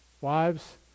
wives